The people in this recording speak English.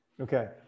Okay